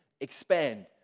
expand